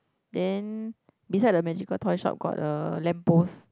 then beside the magical toy shop got a lamp post